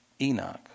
Enoch